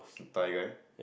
Thai guy